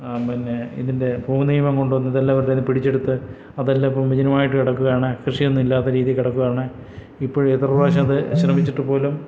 ആ പിന്നെ ഇതിൻ്റെ ഭൂനിയമം കൊണ്ടുവന്നിതെല്ലാം എല്ലാവരെ എന്നും പിടിച്ചെടുത്ത് അതെല്ലാം ഇപ്പോൾ വിജനമായിട്ട് കിടക്കുകയാണ് കൃഷിയൊന്നും ഇല്ലാത്തരീതി കിടക്കുകയാണ് ഇപ്പോൾ എത്ര പ്രാവശ്യം അത് ശ്രമിച്ചിട്ടുപോലും